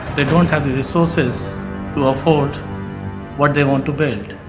they don't have the resources to afford what they want to build?